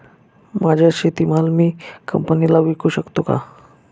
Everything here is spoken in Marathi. माझा शेतीमाल मी कंपनीला विकू शकतो का?